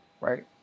right